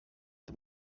the